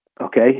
Okay